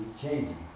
changing